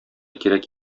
кирәк